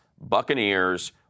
Buccaneers